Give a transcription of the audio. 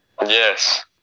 Yes